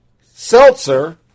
Seltzer